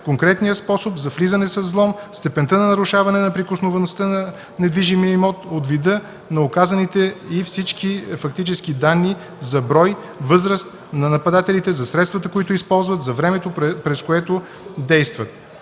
конкретният способ за влизане с взлом, степента на нарушаване неприкосновеността на недвижимия имот, от вида на оказаните и всички фактически данни за брой, възраст на нападателите, за средствата, които използват, за времето, през което действат.